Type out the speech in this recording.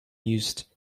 used